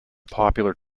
popular